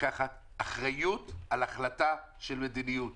לקחת אחריות על החלטה של מדיניות.